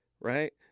Right